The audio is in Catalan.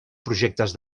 projectes